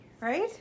right